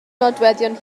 nodweddion